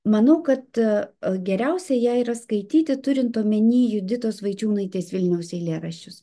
manau kad geriausia ją yra skaityti turint omeny juditos vaičiūnaitės vilniaus eilėraščius